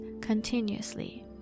continuously